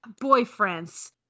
boyfriends